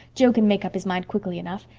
jo can make up his mind quickly enough,